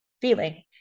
feeling